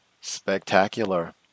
Spectacular